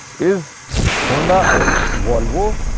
is honda and volvo,